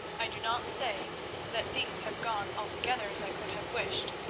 i do not say that things have gone altogether as i could have wished,